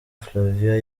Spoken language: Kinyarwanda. flavia